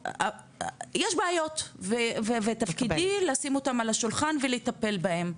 יש בעיות ותפקידי לשים אותם על השולחן ולטפל בהם,